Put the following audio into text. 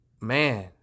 man